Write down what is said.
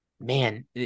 man